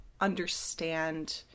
understand